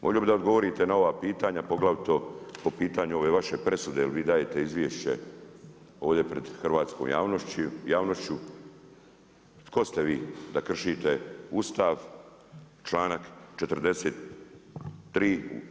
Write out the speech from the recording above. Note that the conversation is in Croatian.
Volio bi da odgovorite na ova pitanja, poglavito po pitanju ove vaše presude jer vi dajete izvješće, ovdje pred hrvatskom javnošću, tko ste vi da kršite Ustav, čl.43.